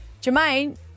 Jermaine